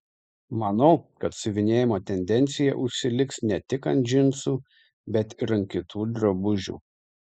manau kad siuvinėjimo tendencija užsiliks ne tik ant džinsų bet ir ant kitų drabužių